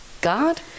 God